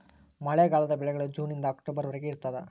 ಮಳೆಗಾಲದ ಬೆಳೆಗಳು ಜೂನ್ ನಿಂದ ಅಕ್ಟೊಬರ್ ವರೆಗೆ ಇರ್ತಾದ